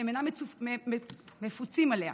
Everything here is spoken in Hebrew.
שהם אינם מפוצים עליה.